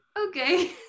okay